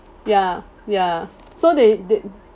ya ya so they they